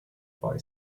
boy